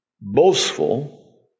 boastful